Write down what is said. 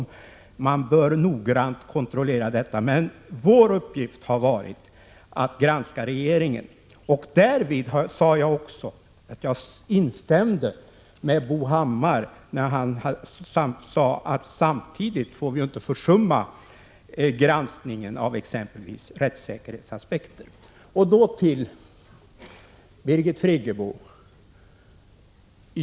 Detta bör noggrant kontrolleras, men vår uppgift har varit att granska regeringen. Därvid sade jag också att jag håller med Bo Hammar om att vi samtidigt inte får försumma granskningen av exempelvis rättssäkerhetsaspekten. Så till Birgit Friggebo.